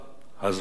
אני אישית